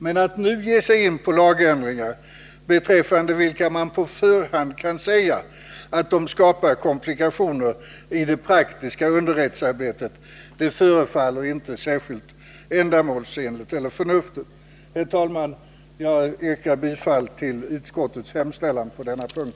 Men att nu ge sig in på lagändringar, beträffande vilka man på förhand kan säga att de skapar komplikationer i det praktiska underrättsarbetet, förefaller inte särskilt ändamålsenligt eller förnuftigt. Herr talman! Jag yrkar bifall till utskottets hemställan på denna punkt.